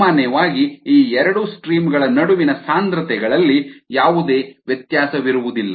ಸಾಮಾನ್ಯವಾಗಿ ಈ ಎರಡು ಸ್ಟ್ರೀಮ್ ಗಳ ನಡುವಿನ ಸಾಂದ್ರತೆಗಳಲ್ಲಿ ಯಾವುದೇ ವ್ಯತ್ಯಾಸವಿರುವುದಿಲ್ಲ